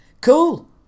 Cool